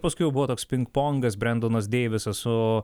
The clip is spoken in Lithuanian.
paskui jau buvo toks pingpongas brendonas deivisas su